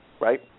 right